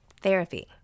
Therapy